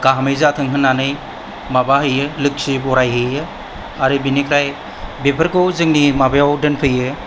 गाहामै जाथों होननानै माबा हैयो लोखि बरायहैयो आरो बिनिफ्राय बेफोरखौ जोंनि माबायाव दोनफैयो